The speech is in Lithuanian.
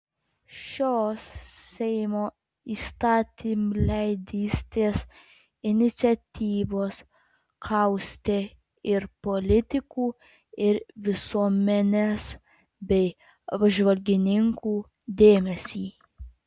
šios seimo įstatymleidystės iniciatyvos kaustė ir politikų ir visuomenės bei apžvalgininkų dėmesį